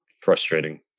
frustrating